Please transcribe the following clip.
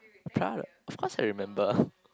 pro~ of course I remember